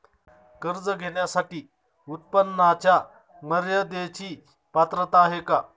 कर्ज घेण्यासाठी उत्पन्नाच्या मर्यदेची पात्रता आहे का?